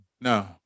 No